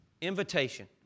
invitation